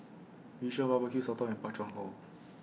Yu Sheng Barbeque Sotong and Pak Thong Ko